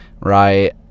right